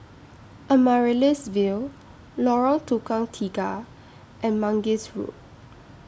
Amaryllis Ville Lorong Tukang Tiga and Mangis Road